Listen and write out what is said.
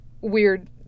weird